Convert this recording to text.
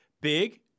big